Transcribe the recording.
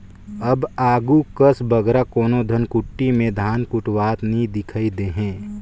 अब आघु कस बगरा कोनो धनकुट्टी में धान कुटवावत नी दिखई देहें